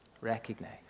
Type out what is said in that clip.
Recognize